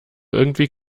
irgendwie